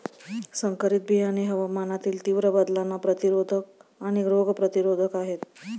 संकरित बियाणे हवामानातील तीव्र बदलांना प्रतिरोधक आणि रोग प्रतिरोधक आहेत